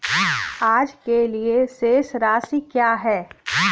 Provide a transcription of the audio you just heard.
आज के लिए शेष राशि क्या है?